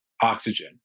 oxygen